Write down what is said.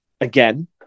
again